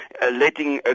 letting